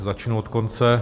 Začnu od konce.